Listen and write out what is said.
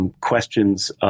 questions